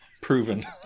Proven